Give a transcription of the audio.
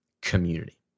community